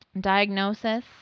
diagnosis